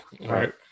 right